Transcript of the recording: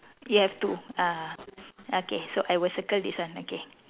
you have two ah okay so I will circle this one okay